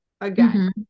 again